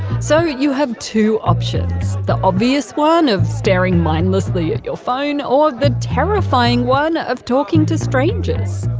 so you have two options the obvious one of staring mindlessly at your phone, or the terrifying one of talking to strangers.